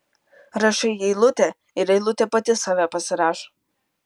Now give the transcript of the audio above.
rašai eilutę ir eilutė pati save pasirašo